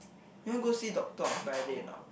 you know go see doctor on Friday or not